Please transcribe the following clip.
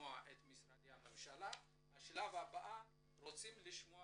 לשמוע את משרדי הממשלה ובשלב הבא נרצה לשמוע